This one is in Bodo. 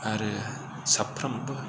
आरो साफ्रोमबो